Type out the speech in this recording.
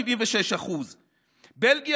76%; בלגיה,